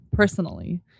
personally